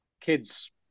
kids